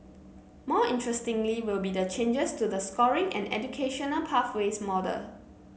more interestingly will be the changes to the scoring and educational pathways model